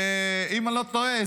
אם אני לא טועה,